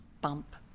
bump